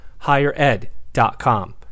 highered.com